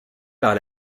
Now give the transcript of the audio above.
par